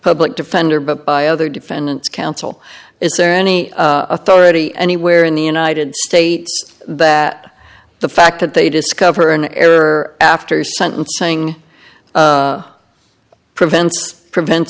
public defender but by other defendant's counsel is there any authority anywhere in the united states that the fact that they discover an error after sentencing prevents prevent